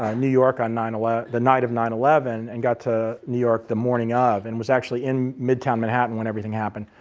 ah new york on ah the night of nine eleven and got to new york the morning of, and was actually in midtown, manhattan when everything happened.